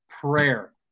prayer